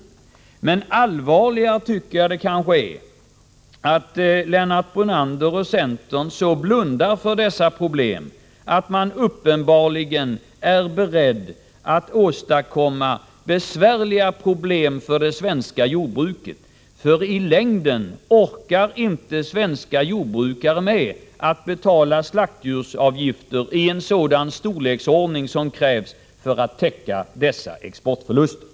é Torsdagen den An allvarligare är kanske att Lennart Brunander och centern så blundar 25 oktober 1984 för dessa problem att man uppenbarligen är beredd att åstadkomma stora besvärligheter för det svenska jordbruket. I längden orkar nämligen inte Allmänpolitisk desvenska jordbrukare med att betala slaktdjursavgifter av en sådan storlekbatt sordning som krävs för att täcka exportförlusterna.